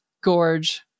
gorge